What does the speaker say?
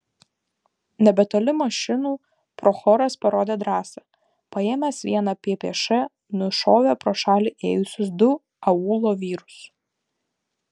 nebetoli mašinų prochoras parodė drąsą paėmęs vieną ppš nušovė pro šalį ėjusius du aūlo vyrus